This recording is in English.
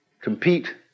compete